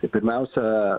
tai pirmiausia